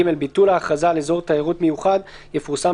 (ג)ביטול ההכרזה על אזור תיירות מיוחד יפורסם